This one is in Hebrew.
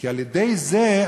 כי על-ידי זה,